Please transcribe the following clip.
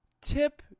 tip